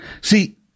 See